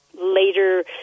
later